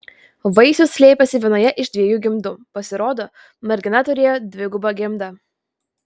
vaisius slėpėsi vienoje iš dviejų gimdų pasirodo mergina turėjo dvigubą gimdą